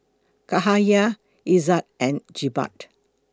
Cahaya Izzat and Jebat